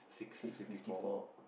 stage fifty four